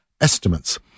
estimates